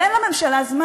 אבל אין לממשלה זמן,